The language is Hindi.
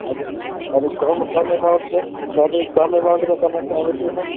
अधिक यानि कम कम एमाउन्ट में कभी कम एमाउन्ट में करना चाहेंगे तो सर